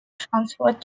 transferred